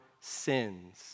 sins